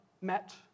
met